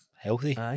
healthy